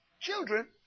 children